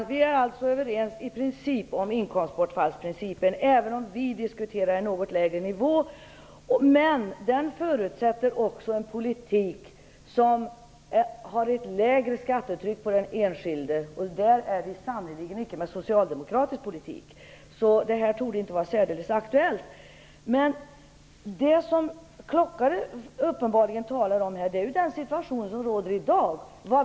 Herr talman! Lennart Klockare och jag är alltså i princip överens om inkomstbortfallsprincipen, även om vi moderater diskuterar en något lägre nivå. Men det förutsätter också en politik som medger ett lägre skattetryck på den enskilde. Men det ingår sannerligen icke i socialdemokratisk politik. Detta torde alltså inte vara särdeles aktuellt. Det som Lennart Klockare talar om gäller uppenbarligen den situation som råder i dag.